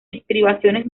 estribaciones